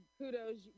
kudos